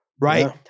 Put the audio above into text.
right